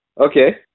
Okay